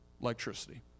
electricity